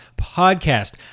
Podcast